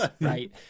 right